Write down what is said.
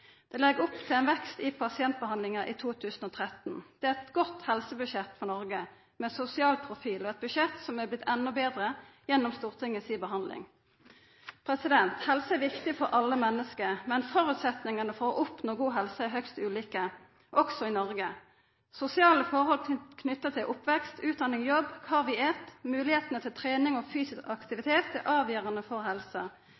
Ein legg opp til ein vekst i pasientbehandlinga i 2013. Det er eit godt helsebudsjett for Noreg, med ein sosial profil og eit budsjett som har blitt enda betre gjennom Stortinget si behandling. Helse er viktig for alle menneske, men føresetnadane for å oppnå god helse er høgst ulike – òg i Noreg. Sosiale forhold knytte til oppvekst, utdanning, jobb, kva vi et og moglegheitene for trening og fysisk